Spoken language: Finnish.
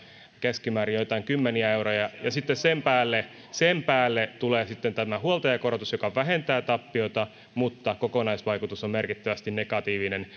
keskimäärin joitain kymmeniä euroja sen päälle sen päälle tulee sitten tämä huoltajakorotus joka vähentää tappioita mutta kokonaisvaikutus on merkittävästi negatiivinen